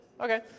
Okay